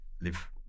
live